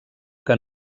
que